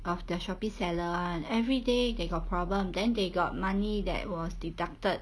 of their Shopee seller [one] everyday they got problem then they got money that was deducted